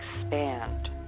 expand